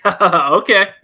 Okay